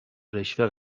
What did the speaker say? رشوه